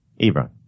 Ebron